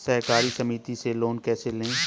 सहकारी समिति से लोन कैसे लें?